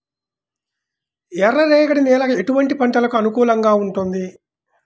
ఎర్ర రేగడి నేల ఎటువంటి పంటలకు అనుకూలంగా ఉంటుంది?